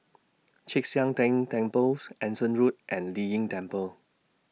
Chek Sian Tng Temples Anson Road and Lei Yin Temple